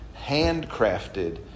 handcrafted